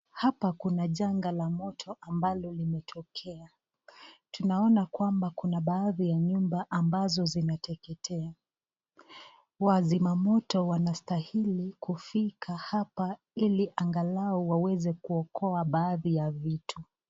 Hapa kuna janga la moto ambalo limetokea. Tunaona kwamba Kuna baadhi ya nyumba ambazo zimeteketea. Wazima moto wanastahili kufika hapa ili angalau waweze kuokoa baadhi ya vitu.